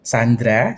Sandra